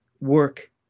work